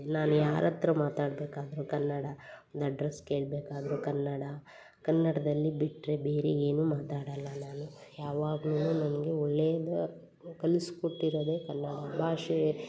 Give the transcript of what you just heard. ನಾನು ಯಾರ ಹತ್ರ ಮಾತಾಡಬೇಕಾದ್ರೂ ಕನ್ನಡ ಅಡ್ರಸ್ ಕೇಳಬೇಕಾದ್ರೂ ಕನ್ನಡ ಕನ್ನಡದಲ್ಲಿ ಬಿಟ್ಟರೆ ಏನೂ ಮಾತಾಡೋಲ್ಲ ನಾನು ಯಾವಾಗ್ಲೂ ನನಗೆ ಒಳ್ಳೇದು ಕಲಿಸಿ ಕೊಟ್ಟಿರೋದೆ ಕನ್ನಡ ಭಾಷೆ